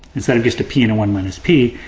instead of just a p and a one minus p,